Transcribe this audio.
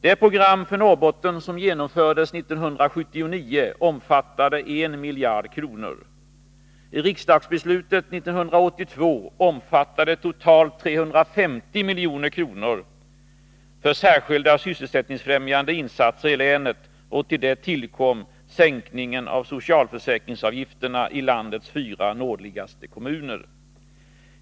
Det program för Norrbotten som genomfördes 1979 omfattade 1 miljard kronor. Riksdagsbeslutet 1982 omfattade totalt 350 milj.kr. för särskilda sysselsättningsfrämjande insatser i länet, och till det kom sänkningen av socialförsäkringsavgifterna i landets fyra nordligaste kommuner.